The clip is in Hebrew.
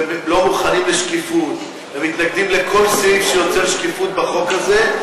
לא מוכנים לשקיפות ומתנגדים לכל סעיף שיוצר שקיפות בחוק הזה.